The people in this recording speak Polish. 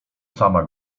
sama